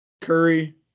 Curry